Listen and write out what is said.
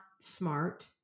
smart